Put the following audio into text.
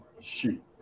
Shoot